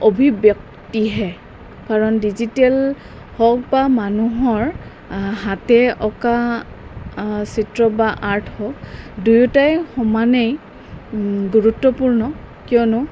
অভিব্যক্তিহে কাৰণ ডিজিটেল হওক বা মানুহৰ হাতে অঁকা চিত্ৰ বা আৰ্ট হওক দুয়োটাই সমানেই গুৰুত্বপূৰ্ণ কিয়নো